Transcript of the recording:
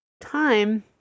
time